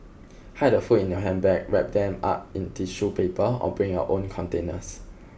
hide the food in your handbag wrap them up in tissue paper or bring your own containers